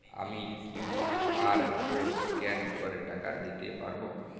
আমি QR code scan করে টাকা দিতে পারবো?